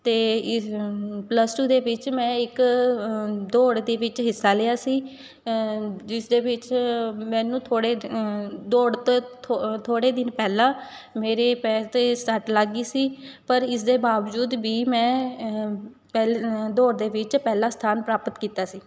ਅਤੇ ਇਜ plus two ਦੇ ਵਿੱਚ ਮੈਂ ਇੱਕ ਦੌੜ ਦੇ ਵਿੱਚ ਹਿੱਸਾ ਲਿਆ ਸੀ ਜਿਸਦੇ ਵਿੱਚ ਮੈਨੂੰ ਥੋੜ੍ਹੇ ਦੌੜ ਤੋਂ ਥੋ ਥੋੜ੍ਹੇ ਦਿਨ ਪਹਿਲਾਂ ਮੇਰੇ ਪੈਰ 'ਤੇ ਸੱਟ ਲੱਗ ਗਈ ਸੀ ਪਰ ਇਸ ਦੇ ਬਾਵਜੂਦ ਵੀ ਮੈਂ ਪਹਿਲ ਦੌੜ ਵਿੱਚ ਪਹਿਲਾ ਸਥਾਨ ਪ੍ਰਾਪਤ ਕੀਤਾ ਸੀ